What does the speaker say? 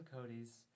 Cody's